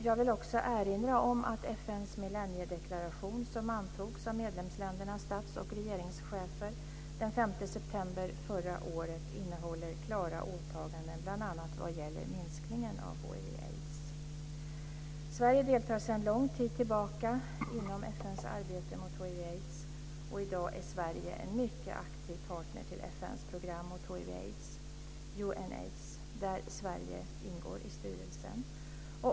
Jag vill också erinra om att FN:s millenniedeklaration, som antogs av medlemsländernas stats och regeringschefer den 5 september förra året, innehåller klara åtaganden bl.a. vad gäller minskningen av hiv aids. I dag är Sverige en mycket aktiv partner till FN:s program mot hiv/aids, UNAIDS, där Sverige ingår i styrelsen.